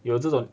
有这种